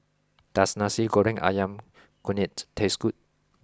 does Nasi Goreng Ayam Kunyit taste good